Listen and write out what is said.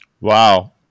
Wow